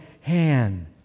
hand